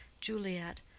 Juliet